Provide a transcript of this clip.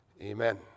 Amen